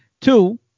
Two –